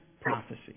prophecy